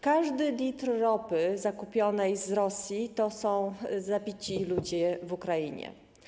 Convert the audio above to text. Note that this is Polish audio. Każdy litr ropy zakupionej z Rosji to są zabici ludzie w Ukrainie.